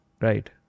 right